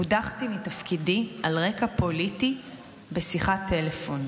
הודחתי מתפקידי על רקע פוליטי בשיחת טלפון.